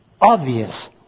obvious